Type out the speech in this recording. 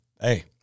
Hey